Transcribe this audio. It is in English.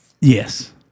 Yes